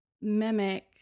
mimic